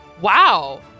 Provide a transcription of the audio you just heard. Wow